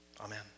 Amen